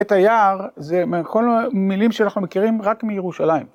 את היער זה מכל המילים שאנחנו מכירים רק מירושלים.